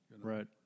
Right